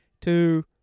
Two